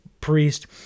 priest